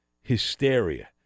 hysteria